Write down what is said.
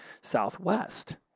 southwest